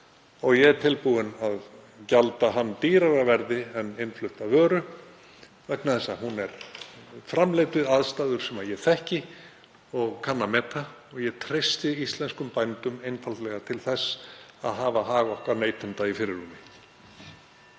og er tilbúinn að gjalda hann dýrara verði en innflutta vöru vegna þess að hún er framleidd við aðstæður sem ég þekki og kann að meta. Ég treysti íslenskum bændum einfaldlega til þess að hafa hag okkar neytenda í fyrirrúmi.